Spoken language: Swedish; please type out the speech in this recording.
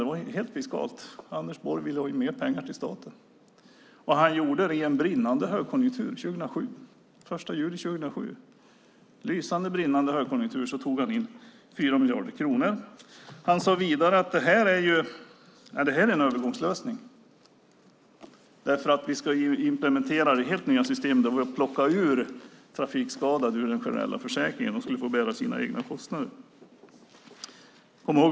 Det var helt fiskalt; Anders Borg ville ha mer pengar till staten. Han gjorde detta under brinnande högkonjunktur, den 1 juli 2007. I lysande, brinnande högkonjunktur tog han in 4 miljarder kronor. Han sade vidare: Detta är en övergångslösning. Vi ska nämligen implementera det helt nya systemet och plocka ur trafikskadade ur den generella försäkringen. De ska få bära sina egna kostnader.